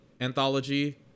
Anthology